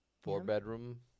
four-bedroom